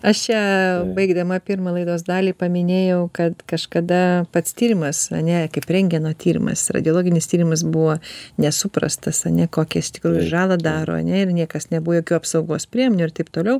aš čia baigdama pirmą laidos dalį paminėjau kad kažkada pats tyrimas ane kaip rentgeno tyrimas radiologinis tyrimas buvo nesuprastas ane kokią iš tikrųjų žalą daro ane ir niekas nebuvo jokių apsaugos priemonių ir taip toliau